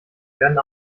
werden